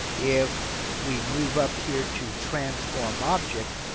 if we move up here to transform object.